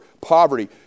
poverty